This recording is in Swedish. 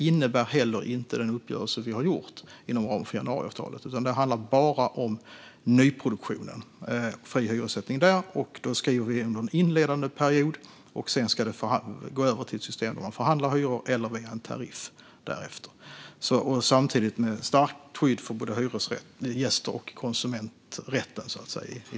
Den uppgörelse vi har gjort inom ramen för januariavtalet innebär heller inte detta, utan det handlar bara om fri hyressättning i nyproduktionen under en inledande period. Därefter ska det gå över till ett system där man förhandlar hyror eller där det går via en tariff. Samtidigt ska det finnas ett starkt skydd för både hyresgäster och konsumenträtten.